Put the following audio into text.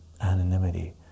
anonymity